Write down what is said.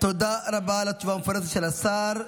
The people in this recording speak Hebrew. תודה רבה על התשובה המפורטת של השר.